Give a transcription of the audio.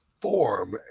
form